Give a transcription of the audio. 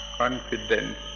confidence